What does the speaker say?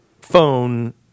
phone